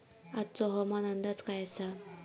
आजचो हवामान अंदाज काय आसा?